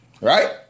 Right